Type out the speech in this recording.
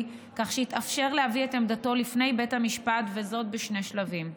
כך שיתאפשר להביא את עמדתו בפני בית המשפט בשני שלבים: